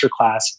Masterclass